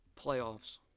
Playoffs